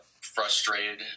frustrated